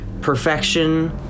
perfection